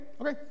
Okay